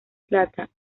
plata